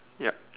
yup